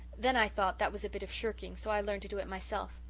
then i thought that was a bit of shirking, so i learned to do it myself.